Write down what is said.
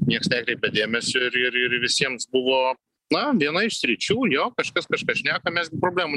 nieks nekreipia dėmesio ir ir ir visiems buvo na viena iš sričių jo kažkas kažką šneka mes gi problemų